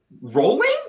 rolling